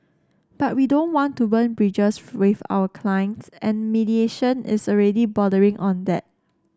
but we don't want to burn bridges with our clients and mediation is already bordering on that